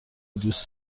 دوست